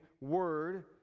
word